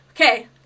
Okay